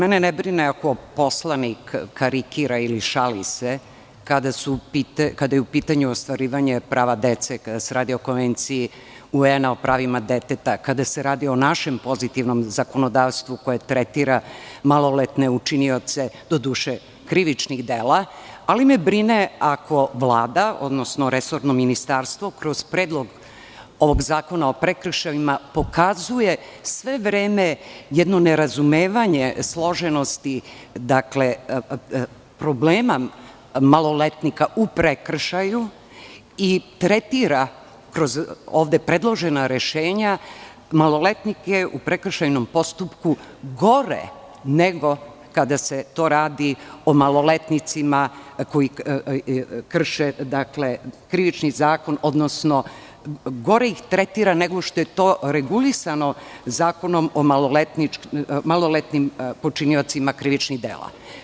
Mene ne brine ako poslanik karikira ili šali se kada je u pitanju ostvarivanje prava dece, kada se radi o Konvenciji UN o pravima deteta, kada se radi o našem pozitivnom zakonodavstvu koje tretira maloletne učinioce, doduše krivičnih dela, ali me brine ako Vlada, odnosno resorno ministarstvo kroz Predlog zakona o prekršajima pokazuje sve vreme jedno nerazumevanje složenosti problema maloletnika u prekršaju i tretira kroz ovde predložena rešenja maloletnike u prekršajnom postupku gore nego kada se to radi o maloletnicima koji krše krivični zakon, odnosno gore ih tretira nego što je to regulisano Zakonom o maloletnim počiniocima krivičnih dela.